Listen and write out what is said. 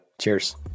Cheers